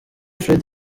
fred